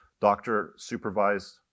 doctor-supervised